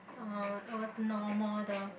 oh it was normal